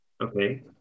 Okay